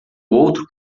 outro